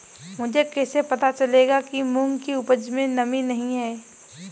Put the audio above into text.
मुझे कैसे पता चलेगा कि मूंग की उपज में नमी नहीं है?